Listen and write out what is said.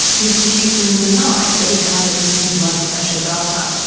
mr huson denied that he had any blood pressure data.